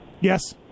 Yes